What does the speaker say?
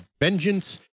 vengeance